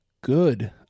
good